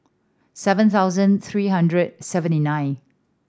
seven thousand three hundred seventy nine